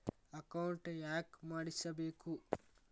Account ಯಾಕ್ ಮಾಡಿಸಬೇಕು?